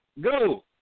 Go